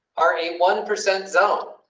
are a one percent zone